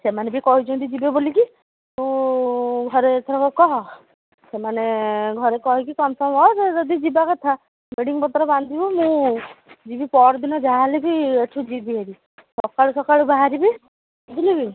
ସେମାନେ ବି କହିଛନ୍ତି ଯିବେ ବୋଲିକି ତୁ ଘରେ ଏଥରକ କହ ସେମାନେ ଘରେ କହିକି କନଫର୍ମ୍ ହ ସେ ଯଦି ଯିବା କଥା ବେଡ଼ିଂପତ୍ର ବାନ୍ଧିବୁ ମୁଁ ଯିବି ପହରଦିନ ଯାହା ହେଲେବି ଏଠୁ ଯିବି ଭାରି ସକାଳୁ ସକାଳୁ ବାହାରିବି ବୁଝିଲୁ କି